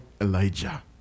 Elijah